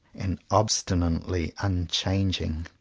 and obstinately un changing.